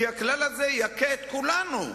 כי הכלל הזה יכה את כולנו.